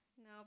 No